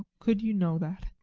could you know that?